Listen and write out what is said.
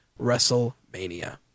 Wrestlemania